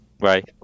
right